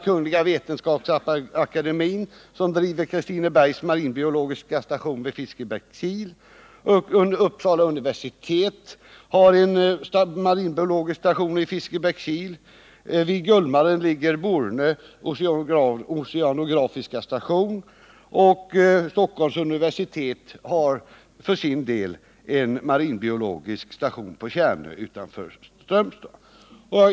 Kungl. vetenskapsakademien driver Kristinebergs marinbiologiska station vid Fiskebäckskil. Uppsala universitet har en marinbiologisk station i Fiskebäckskil. Vid Gullmaren ligger Borne oceanografiska station. Stockholms universitet har en marinbiologisk station på Tjärnö utanför Strömstad.